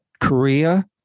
Korea